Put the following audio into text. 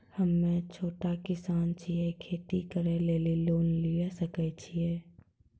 हम्मे छोटा किसान छियै, खेती करे लेली लोन लिये सकय छियै?